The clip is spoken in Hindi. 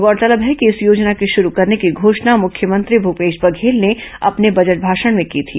गौरतलब है कि इस योजना को शुरू करने की घोषणा मुख्यमंत्री भूपेश बघेल ने अपने बजट भाषण में की थी